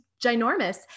ginormous